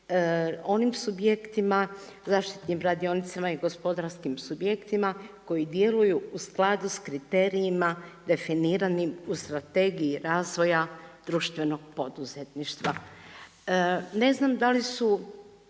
onim subjektima, zaštitnim radionicama i gospodarskim subjektima koji djeluju u skladu s kriterijima definiranim u Strategiji razvoja društvenog poduzetništva. Ne znam da li su